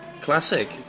classic